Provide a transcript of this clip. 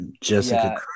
Jessica